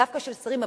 דווקא של שרים,